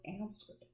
answered